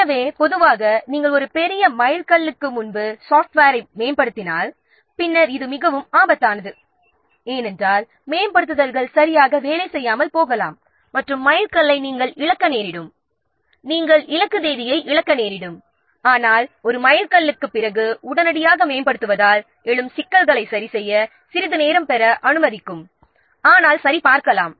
எனவே பொதுவாக நீங்கள் ஒரு பெரிய மைல்கல்லுக்கு முன்பு சாஃப்ட்வேரை மேம்படுத்தினால் அது மிகவும் ஆபத்தாகும் ஏனென்றால் மேம்படுத்தல்கள் சரியாக வேலை செய்யாமல் போகலாம் மற்றும் மைல்கல்லை நீங்கள் இழக்க நேரிடும் நீங்கள் இலக்கு தேதியை இழக்க நேரிடும் ஆனால் ஒரு மைல்கல்லுக்குப் பிறகு உடனடியாக மேம்படுத்துவதால் எழும் சிக்கல்களை சரிசெய்ய சிறிது நேரமாகும் ஆனால் சரிபார்க்கலாம்